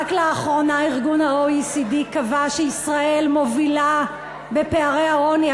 רק לאחרונה ה-OECD קבע שישראל מובילה בפערי העוני,